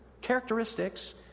Characteristics